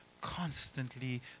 constantly